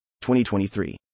2023